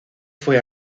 fue